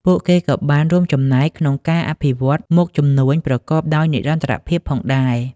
ពួកគេក៏បានរួមចំណែកក្នុងការអភិវឌ្ឍមុខជំនួញប្រកបដោយនិរន្តរភាពផងដែរ។